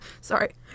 Sorry